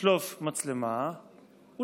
לשלוף מצלמה ולצלם,